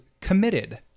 committed